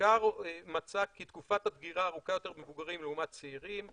מחקר מצא כי תקופת הדגירה הארוכה יותר במבוגרים לעומת צעירים